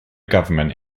government